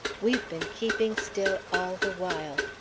we've been keeping still all the while!